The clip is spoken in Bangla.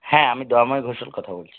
হ্যাঁ আমি দয়াময় ঘোষাল কথা বলছি